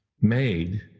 made